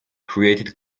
created